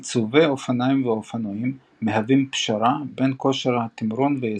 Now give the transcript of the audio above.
עיצובי אופניים ואופנועים מהווים פשרה בין כושר תמרון ויציבות.